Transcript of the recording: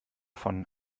von